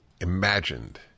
imagined